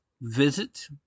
visit